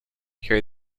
carry